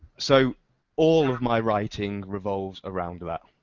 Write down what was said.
so all of my writing revolves around that.